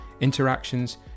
interactions